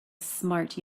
smart